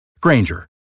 Granger